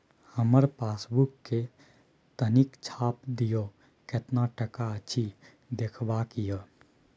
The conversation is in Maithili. हमर पासबुक के तनिक छाय्प दियो, केतना टका अछि देखबाक ये?